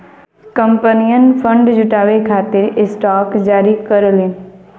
कंपनियन फंड जुटावे खातिर स्टॉक जारी करलीन